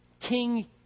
King